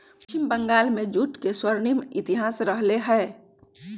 पश्चिम बंगाल में जूट के स्वर्णिम इतिहास रहले है